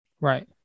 right